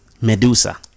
Medusa